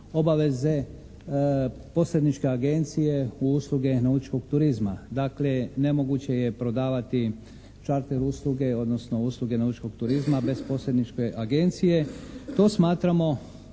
obaveze posredničke agencije u usluge nautičkog turizma. Dakle, nemoguće je prodavati čarter usluge odnosno usluge nautičkog turizma bez posredničke agencije. To smatramo